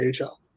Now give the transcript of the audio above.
AHL